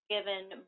given